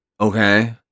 okay